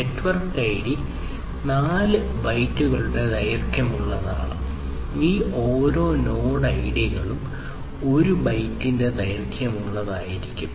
network ID 4 ബൈറ്റുകളുടെ ദൈർഘ്യമുള്ളതാണ് ഈ ഓരോ നോഡ് ഐഡികളും 1 ബൈറ്റിന്റെ ദൈർഘ്യമുള്ളതായിരിക്കും